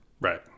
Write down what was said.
Right